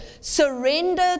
surrender